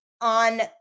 on